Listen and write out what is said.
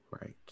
Right